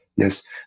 Yes